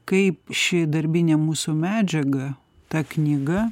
kaip ši darbinė mūsų medžiaga ta knyga